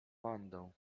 bandą